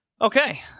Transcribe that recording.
Okay